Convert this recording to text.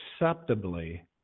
acceptably